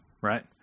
Right